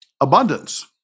abundance